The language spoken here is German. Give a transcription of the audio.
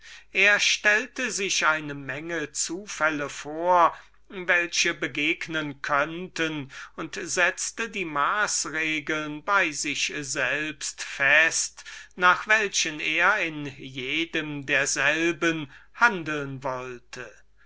er stellte sich eine menge zufälle vor welche begegnen konnten und setzte die maßregeln bei sich selbst feste nach welchen er in allen diesen umständen handeln wollte